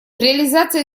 реализации